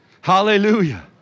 Hallelujah